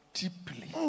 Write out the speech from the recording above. deeply